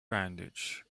bandage